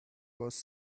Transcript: was